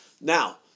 now